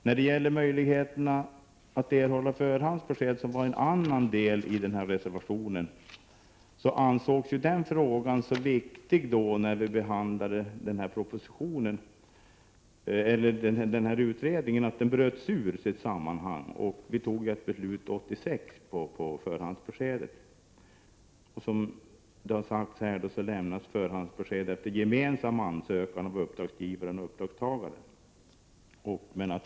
När det gäller möjligheterna att erhålla förhandsbesked — som också berörs i reservationen — ansågs denna fråga så viktig att den bröts ut ur sitt sammanhang. 1986 fattades så ett beslut beträffande förhandsbesked. Som framhållits här lämnas förhandsbesked efter gemensam ansökan av uppdragsgivaren och uppdragstagaren.